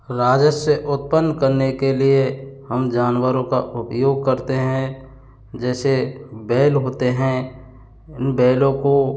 राजस्य उत्पन्न करने के लिए हम जानवरों का उपयोग करते हैं जैसे बैल होते हैं बैलों को